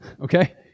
Okay